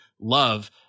love